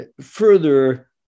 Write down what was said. further